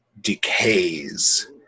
decays